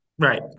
Right